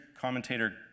commentator